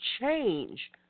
change